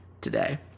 today